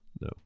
No